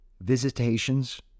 visitations